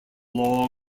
law